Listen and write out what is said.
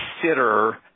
consider